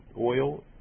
oil